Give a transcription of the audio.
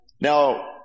Now